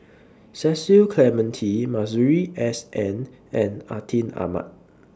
Cecil Clementi Masuri S N and Atin Amat